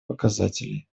показателей